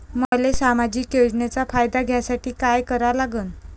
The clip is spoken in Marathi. मले सामाजिक योजनेचा फायदा घ्यासाठी काय करा लागन?